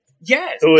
Yes